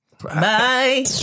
Bye